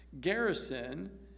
garrison